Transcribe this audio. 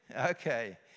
Okay